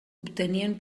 obtenien